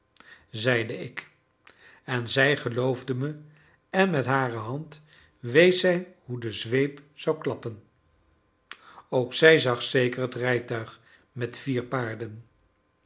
zeide ik en zij geloofde me en met hare hand wees zij hoe de zweep zou klappen ook zij zag zeker het rijtuig met vier paarden